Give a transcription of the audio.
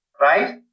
right